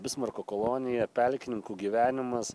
bismarko kolonija pelkininkų gyvenimas